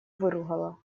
выругала